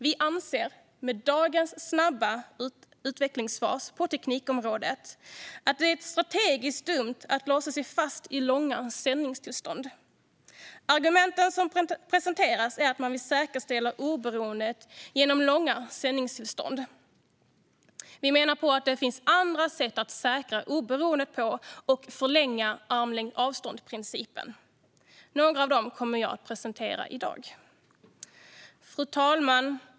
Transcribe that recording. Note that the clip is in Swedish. Vi anser, med dagens snabba utvecklingsfas på teknikområdet, att det är strategiskt dumt att låsa sig fast i långa sändningstillstånd. Argumenten som presenteras är att man vill säkerställa oberoendet genom långa sändningstillstånd. Vi menar att det finns andra sett att säkra oberoendet på och förlänga armlängds-avstånd-principen. Några av dem kommer jag att presentera i dag. Fru talman!